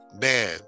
man